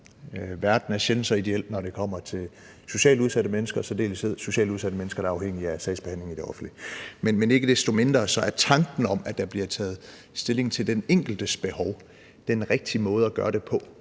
Verden er sjældent så ideel, når det kommer til socialt udsatte mennesker, i særdeleshed socialt udsatte mennesker, der er afhængige af sagsbehandlingen i det offentlige. Men ikke desto mindre er tanken om, at der bliver taget stilling til den enkeltes behov, den rigtige måde at gøre det på,